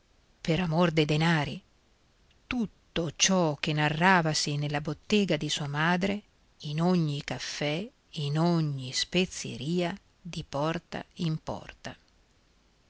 per amor dei denari tutto ciò che narravasi nella bottega di sua madre in ogni caffè in ogni spezieria di porta in porta